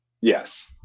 yes